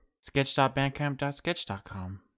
Sketch.bandcamp.sketch.com